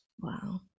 Wow